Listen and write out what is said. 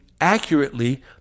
accurately